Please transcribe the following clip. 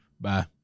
Bye